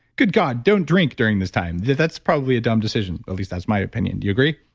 good god. don't drink during this time. that's probably a dumb decision, at least that's my opinion. do you agree?